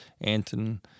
Anton